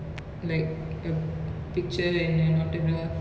like a picture and an autograph